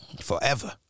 forever